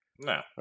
No